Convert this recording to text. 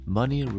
money